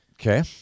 Okay